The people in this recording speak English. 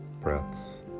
breaths